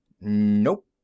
Nope